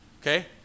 Okay